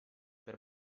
per